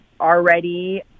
already